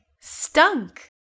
stunk